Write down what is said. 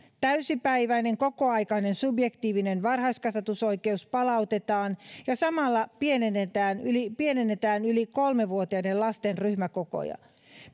täysipäiväinen kokoaikainen subjektiivinen varhaiskasvatusoikeus palautetaan ja samalla pienennetään yli pienennetään yli kolme vuotiaiden lasten ryhmäkokoja